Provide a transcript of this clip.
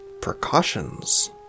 Precautions